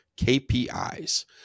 KPIs